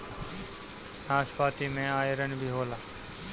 नाशपाती में आयरन भी होला